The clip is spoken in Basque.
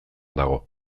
dago